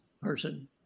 person